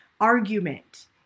argument